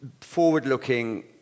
forward-looking